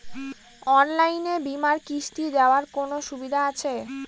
অনলাইনে বীমার কিস্তি দেওয়ার কোন সুবিধে আছে?